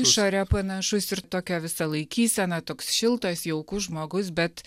išorę panašus ir tokia visa laikysena toks šiltas jaukus žmogus bet